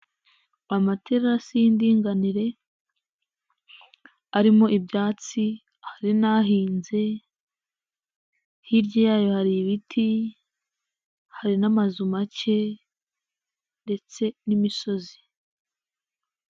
Amaterasi y'indinganire arimo, arimo ibyatsi hari n'ahahinze, hirya yayo hari ibiti, hari n'amazu make ndetse n'imisozi.